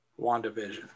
WandaVision